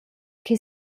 che